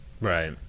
Right